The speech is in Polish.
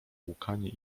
łkanie